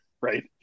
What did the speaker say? right